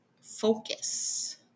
focus